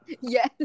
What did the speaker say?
Yes